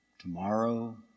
tomorrow